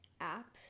app